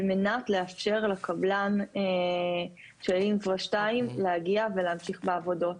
על מנת לאפשר לקבלן של אינפרה 2 להגיע ולהמשיך בעבודות.